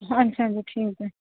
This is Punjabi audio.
ਹਾਂਜੀ ਹਾਂਜੀ ਠੀਕ ਐ